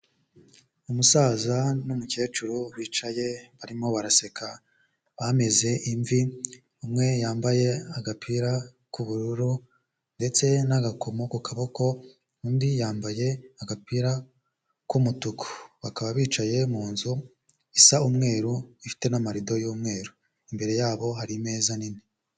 Umusaza n'umukecuru bicaye barimo baraseka bameze imvi, umwe yambaye agapira k'ubururu ndetse n'agakomo ku kaboko. Undi yambaye agapira k'umutuku, bakaba bicaye mu nzu isa umweru ifite n'amarido y'umweru imbere yabo hari imeza nini.